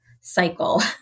cycle